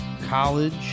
College